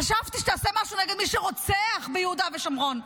חשבתי שתעשה משהו נגד מי שרוצח ביהודה ושומרון.